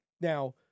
Now